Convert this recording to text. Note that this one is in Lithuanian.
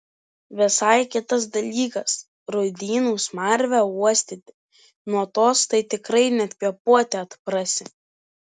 visai kitas dalykas rūdynų smarvę uostyti nuo tos tai tikrai net kvėpuoti atprasi